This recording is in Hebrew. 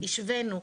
השווינו,